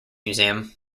museum